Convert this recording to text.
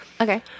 Okay